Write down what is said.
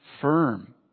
firm